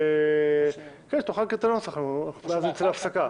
כן, ואז נצא להפסקה.